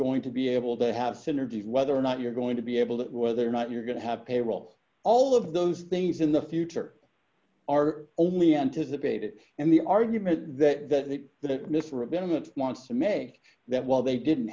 going to be able to have synergies whether or not you're going to be able to whether or not you're going to have payrolls all of those things in the future are only anticipated and the argument that that mister a betterment wants to make that well they didn't